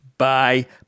Bye